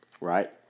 right